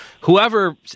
whoever